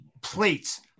plates